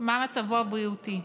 מה מצבו הבריאותי.